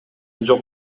жок